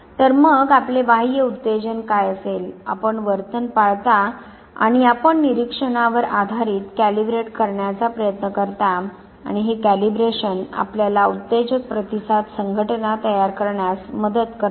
तर मग आपले बाह्य उत्तेजन काय असेल आपण वर्तन पाळता आणि आपण निरीक्षणावर आधारित कॅलिब्रेट करण्याचा प्रयत्न करता आणि हे कॅलिब्रेशन आपल्याला उत्तेजक प्रतिसाद संघटना तयार करण्यास मदत करते